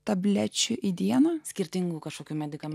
tablečių į dieną skirtingų kažkokių medikams